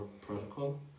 protocol